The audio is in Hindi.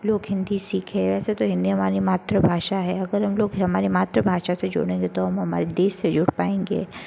लोग हिंदी सीखे वैसे तो हिंदी हमारी मातृभाषा है अगर हम लोग हमारी मातृभाषा से जुड़ेंगे तो हम हमारे देश से जुड़ पाएंगे